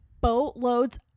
boatloads